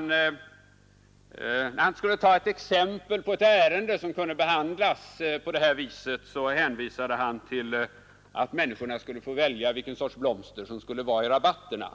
När han skulle ta ett exempel på ett ärende som kunde behandlas på det här sättet hänvisade han till att människorna skulle få välja vilken sorts blommor det skulle vara i rabatterna.